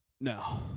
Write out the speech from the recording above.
No